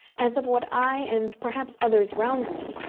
as of what i, and perhaps others round me,